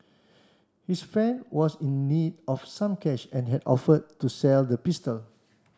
his friend was in need of some cash and had offered to sell the pistol